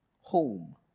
home